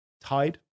Tide